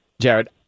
Jared